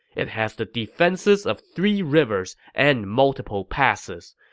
it has the defenses of three rivers and multiple passes.